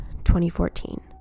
2014